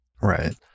Right